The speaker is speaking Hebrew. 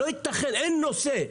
לא יתכן, אין נושא,